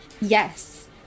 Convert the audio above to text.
Yes